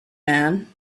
man